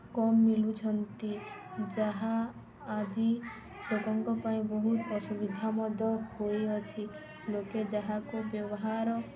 କମ୍ ମିଳୁଛନ୍ତି ଯାହା ଆଜି ଲୋକଙ୍କ ପାଇଁ ବହୁତ ଅସୁବିଧା ମଧ୍ୟ ହୋଇଅଛି ଲୋକେ ଯାହାକୁ ବ୍ୟବହାର